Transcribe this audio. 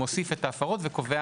מוסיף את ההפרות וקובע,